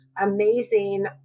amazing